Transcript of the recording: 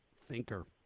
thinker